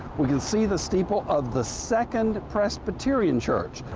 we can see the staple of the second presbyterian church.